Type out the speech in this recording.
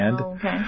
Okay